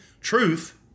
truth